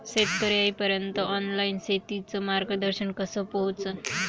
शेतकर्याइपर्यंत ऑनलाईन शेतीचं मार्गदर्शन कस पोहोचन?